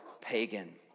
pagan